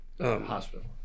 hospital